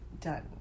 done